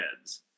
heads